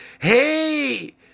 Hey